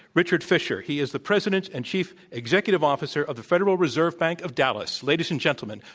richard fisher. he is the president and chief executive officer of the federal reserve bank of dallas. ladies and gentleman,